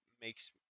makes